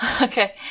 okay